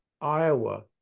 Iowa